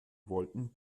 wollten